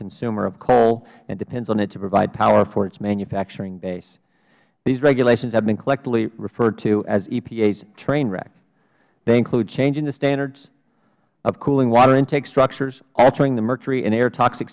consumer of coal and depends on it to provide power for its manufacturing base these regulations have been collectively referred to as epa's train wreck they include changing the standards of cooling water intake structures altering the mercury and air toxic